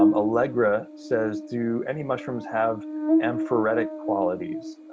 um allegra says, do any mushrooms have amphoretic qualities?